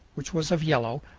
which was of yellow,